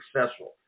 successful